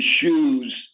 shoes